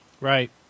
right